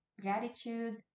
gratitude